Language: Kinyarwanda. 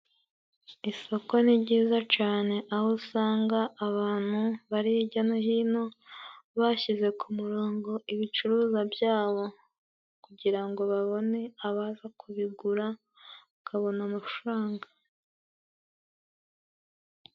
Isoko ni ryiza cane aho usanga abantu bari hirya no hino bashyize ku murongo ibicuruzwa byabo kugira ngo babone abaza kubigura bakabona amafaranga.